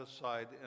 aside